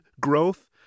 growth